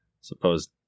suppose